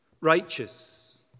righteous